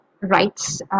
rights